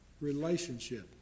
relationship